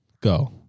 Go